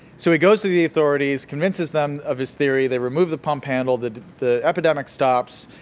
so, he goes to the authorities, convinces them of his theory. they remove the pump handle, the the epidemic stops,